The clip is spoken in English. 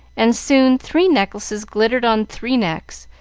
and soon three necklaces glittered on three necks,